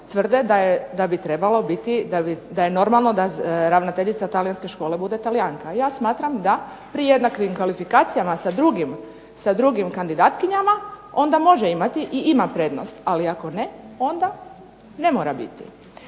biti, da je normalno da ravnateljica talijanske škole bude Talijanka. A ja smatram da pri jednakim kvalifikacijama sa drugim kandidatkinjama onda može imati i ima prednost, ali ako ne onda ne mora biti.